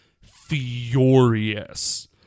furious